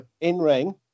in-ring